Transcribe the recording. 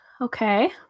okay